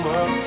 up